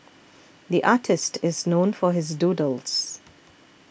the artist is known for his doodles